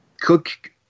Cook